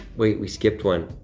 wait we skipped one.